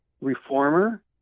reformer